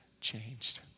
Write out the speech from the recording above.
changed